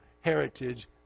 heritage